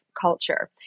culture